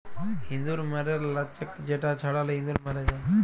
ইঁদুর ম্যরর লাচ্ক যেটা ছড়ালে ইঁদুর ম্যর যায়